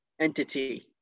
entity